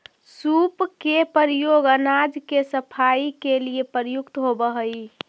सूप के प्रयोग अनाज के सफाई के लिए प्रयुक्त होवऽ हई